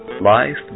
life